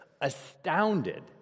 astounded